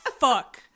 Fuck